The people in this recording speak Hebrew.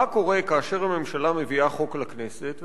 מה קורה כאשר הממשלה מביאה חוק לכנסת,